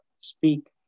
speak